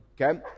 Okay